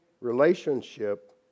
relationship